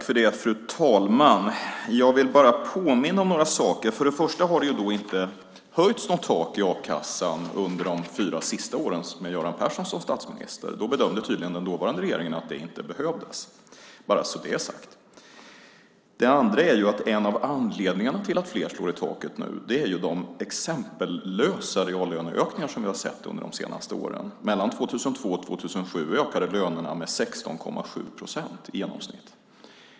Fru talman! Jag vill bara påminna om några saker. För det första höjdes det inte något tak i a-kassan under de fyra sista åren med Göran Persson som statsminister. Då bedömde tydligen den dåvarande regeringen att det inte behövdes. Så är det sagt. Det andra är att en av anledningarna till att fler nu slår i taket är de exempellösa reallöneökningar som vi har sett under de senaste åren. Mellan 2002 och 2007 ökade lönerna med 16,7 procent i genomsnitt.